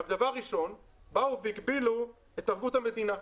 דבר ראשון באו והגבילו את ערבות המדינה.